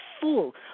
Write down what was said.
fool